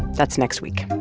that's next week